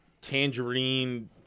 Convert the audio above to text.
tangerine